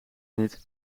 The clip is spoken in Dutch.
niet